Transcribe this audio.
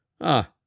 Ah